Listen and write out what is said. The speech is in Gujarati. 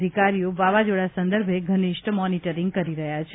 અધિકારીઓ વાવાઝોડા સંદર્ભે ઘનિષ્ઠ મોનીટરીંગ કરી રહ્યા છે